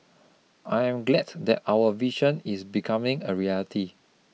I am glad that our vision is becoming a reality